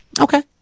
Okay